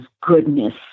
goodness